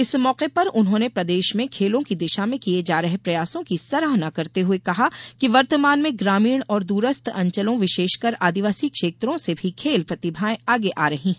इस मौके पर उन्होंने प्रदेश में खेलों की दिशा में किये जा रहे प्रयासों की सराहना करते हुए कहा कि वर्तमान में ग्रामीण और दूरस्थ अंचलों विशेषकर आदिवासी क्षेत्रों से भी खेल प्रतिभायें आगे आ रही हैं